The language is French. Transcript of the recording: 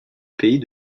pays